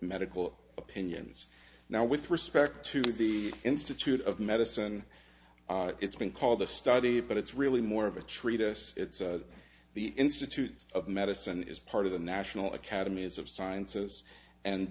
medical opinions now with respect to the institute of medicine it's been called the study but it's really more of a treatise the institute of medicine is part of the national academies of sciences and